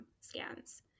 scans